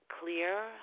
clear